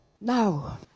Now